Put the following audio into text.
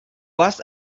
was